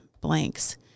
blanks